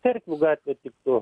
cerkvių gatvė tiktų